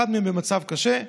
אחד מהם במצב קשה.